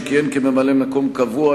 שכיהן כממלא-מקום קבוע,